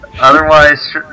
Otherwise